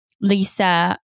Lisa